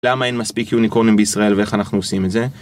למה אין מספיק יוניקורנים בישראל ואיך אנחנו עושים את זה?